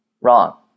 Wrong